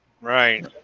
Right